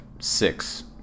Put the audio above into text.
six